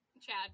Chad